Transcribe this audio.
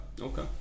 okay